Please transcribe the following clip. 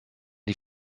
die